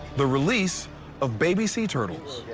the release of baby sea turtles.